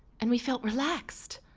and we felt relaxed.